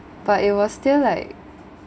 but it was still like